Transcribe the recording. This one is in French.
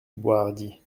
boishardy